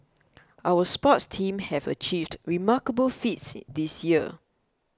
our sports teams have achieved remarkable feats this year